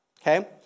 Okay